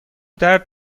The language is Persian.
درد